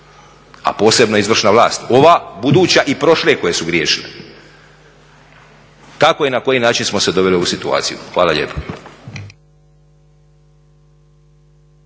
a posebno izvršna vlast ova, buduća i prošle koje su griješile, kako i na koji način smo se doveli u ovu situaciju? Hvala lijepo.